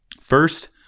First